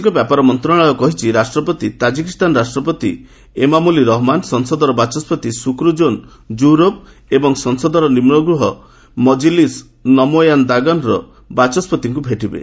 ବୈଦେଶିକ ବ୍ୟାପାର ମନ୍ତ୍ରଣାଳୟ କହିଛି ରାଷ୍ଟ୍ରପତି ତାଜିକିସ୍ତାନ ରାଷ୍ଟ୍ରପତି ଏମାମୋଲି ରହମନ୍ ସଂସଦର ବାଚସ୍କତି ଶୁକୁର୍ଜୋନ୍ ଜୁହୁରୋଭ୍ ଏବଂ ସଂସଦର ନିମ୍ଗୃହ 'ମଜ୍ଲିସି ନମୋୟାନ୍ଦାଗନ'ର ବାଚସ୍କତିଙ୍କୁ ଭେଟିବେ